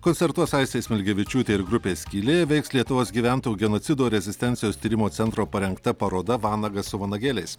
koncertuos aistė smilgevičiūtė ir grupė skylė veiks lietuvos gyventojų genocido rezistencijos tyrimo centro parengta paroda vanagas su vanagėliais